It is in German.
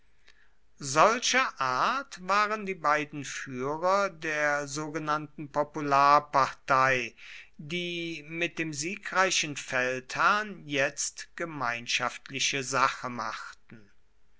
solcher art waren die beiden führer der sogenannten popularpartei die mit dem siegreichen feldherrn jetzt gemeinschaftliche sache machten